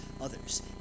others